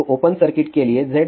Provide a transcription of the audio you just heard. तो open circuit के लिए ZL